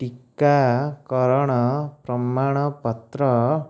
ଟିକାକରଣ ପ୍ରମାଣପତ୍ର